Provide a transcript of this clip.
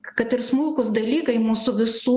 kad ir smulkūs dalykai mūsų visų